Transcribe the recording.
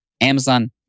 Amazon